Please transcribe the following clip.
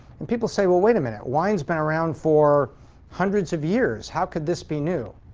and people say, well, wait a minute. wine's been around for hundreds of years. how could this be new?